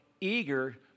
eager